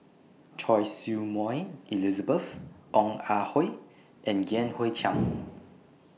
Choy Su Moi Elizabeth Ong Ah Hoi and Yan Hui Chang